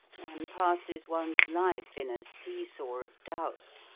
one passes one's life in a see-saw of doubt,